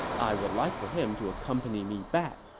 i would like for him to accompany me back.